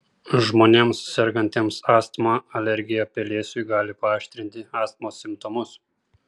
žmonėms sergantiems astma alergija pelėsiui gali paaštrinti astmos simptomus